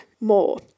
more